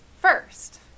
First